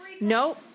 No